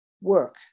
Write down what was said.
work